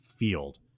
Field